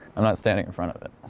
i'm not standing in front of it